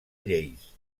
lleis